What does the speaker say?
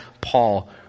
Paul